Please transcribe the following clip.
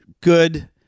good